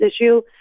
issue